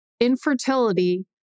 infertility